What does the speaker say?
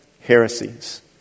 Heresies